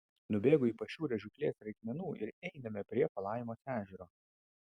nubėgu į pašiūrę žūklės reikmenų ir einame prie palaimos ežero